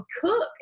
cook